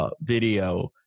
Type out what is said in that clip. video